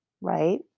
right